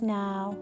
now